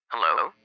Hello